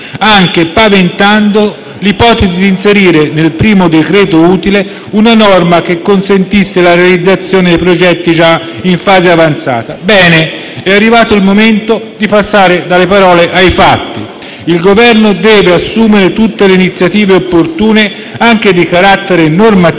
anche paventando l'ipotesi di inserire, nel primo decreto utile, una norma che consentisse la realizzazione dei progetti già in fase avanzata. Bene, è arrivato il momento di passare dalle parole ai fatti. Il Governo deve assumere tutte le iniziative opportune, anche di carattere normativo,